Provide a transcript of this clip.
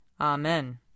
Amen